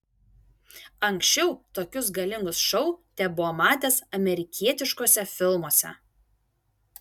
anksčiau tokius galingus šou tebuvo matęs amerikietiškuose filmuose